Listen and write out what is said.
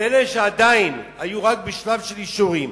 ואלה שעדיין היו רק בשלב של אישורים,